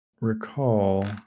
recall